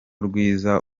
rwiza